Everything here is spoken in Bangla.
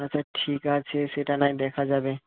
আচ্ছা ঠিক আছে সেটা নয় দেখা যাবে